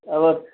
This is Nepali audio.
अब